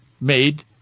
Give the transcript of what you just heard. made